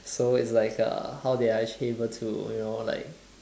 so it's like uh how they are actually able to you know like